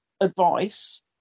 advice